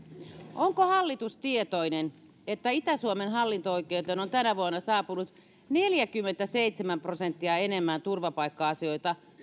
onko hallitus tietoinen että itä suomen hallinto oikeuteen on tänä vuonna saapunut neljäkymmentäseitsemän prosenttia enemmän turvapaikka asioita